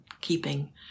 keeping